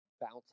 Bounce